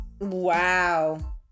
Wow